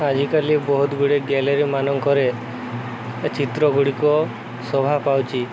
ଆଜିକାଲି ବହୁତ ଗୁଡ଼େ ଗ୍ୟାଲେରୀମାନଙ୍କରେ ଚିତ୍ର ଗୁଡ଼ିକ ଶୋଭା ପାଉଛି